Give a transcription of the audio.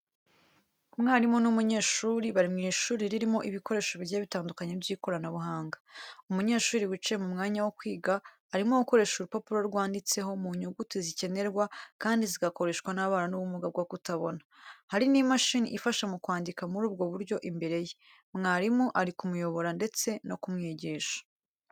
Umwarimu n’umunyeshuri bari mu ishuri ririmo ibikoresho bigiye bitandukanye by’ikoranabuhanga. Umunyeshuri wicaye mu mwanya wo kwiga arimo gukoresha urupapuro rwanditseho mu nyuguti zikenerwa kandi zigakoreshwa n’ababana n’ubumuga bwo kutabona. Hari n’imashini ifasha mu kwandika muri ubwo buryo imbere ye, mwarimu ari kumuyobora ndetse no kumwigisha.